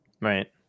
Right